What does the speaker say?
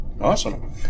Awesome